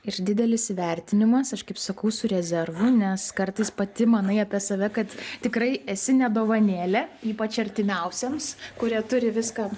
ir didelis įvertinimas aš kaip sakau su rezervu nes kartais pati manai apie save kad tikrai esi ne dovanėlė ypač artimiausiems kurie turi viską